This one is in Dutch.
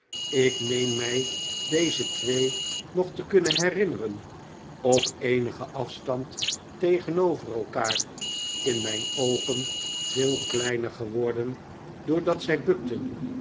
ik meen mij deze twee nog te kunnen herinneren op eenigen afstand tegenover elkaar in mijn oogen veel kleiner geworden doordat zij bukten